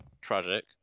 Tragic